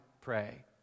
pray